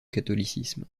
catholicisme